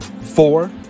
four